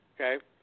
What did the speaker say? okay